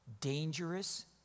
dangerous